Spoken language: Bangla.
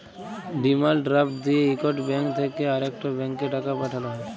ডিমাল্ড ড্রাফট দিঁয়ে ইকট ব্যাংক থ্যাইকে আরেকট ব্যাংকে টাকা পাঠাল হ্যয়